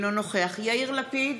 אינו נוכח יאיר לפיד,